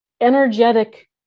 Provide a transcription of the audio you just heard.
energetic